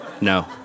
No